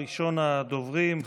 ראשון הדוברים,